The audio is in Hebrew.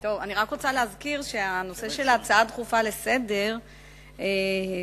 אני רק רוצה להזכיר שהנושא של ההצעה הדחופה לסדר-היום היה: